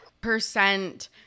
percent